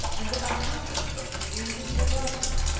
and the astronomer would have been disregarded,